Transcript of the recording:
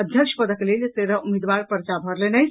अध्यक्ष पदक लेल तेरह उम्मीदवार पर्चा भरलनि अछि